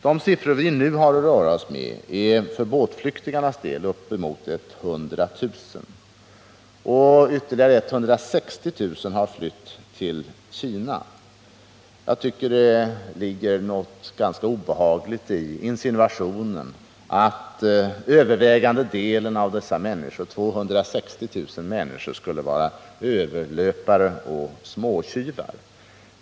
De siffror vi nu har att röra oss med för båtflyktingarnas del är uppemot 100 000. Ytterligare 160 000 har flytt till Kina. Jag tycker att det ligger något ganska obehagligt i insinuationen att den övervägande delen av dessa 260 000 skulle vara överlöpare och småtjuvar.